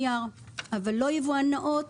אבל אני יבואן נאות על הנייר,